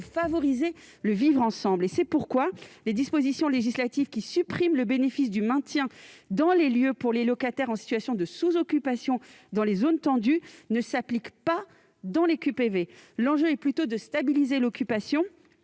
favoriser le vivre ensemble. C'est pourquoi les dispositions législatives qui suppriment le bénéfice du maintien dans les lieux pour les locataires en situation de sous-occupation dans les zones tendues ne s'appliquent pas dans les QPV. L'enjeu est plutôt de stabiliser l'occupation